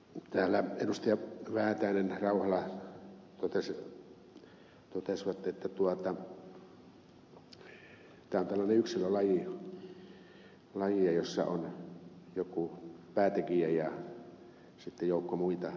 täällä edustajat väätäinen ja rauhala totesivat että tämä on tällainen yksilölaji jossa on joku päätekijä ja sitten joukko muita